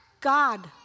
God